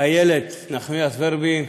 איילת נחמיאס ורבין,